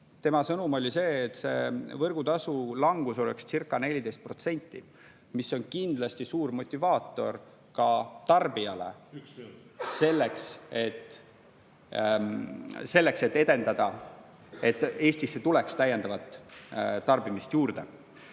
Tema sõnum oli see, et võrgutasu langus olekscirca14%. See on kindlasti suur motivaator ka tarbijale, selleks et tarbimist edendada, et Eestisse tuleks täiendavat tarbimist juurde.